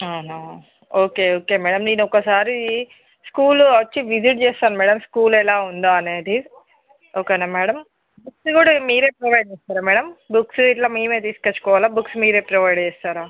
ఆహా okay okay madam నేను ఒకసారి స్కూలు వచ్చి విసిట్ చేస్తాను మేడం స్కూల్ ఎలా ఉందా అనేది ఓకేనా మేడం బుక్స్ కూడా మిరే ప్రొవైడ్ చేస్తారా మేడం బుక్స్ ఇలా మేమే తీసుకోవాలా బుక్స్ మిరే ప్రొవైడ్ చేస్తారా